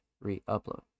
re-upload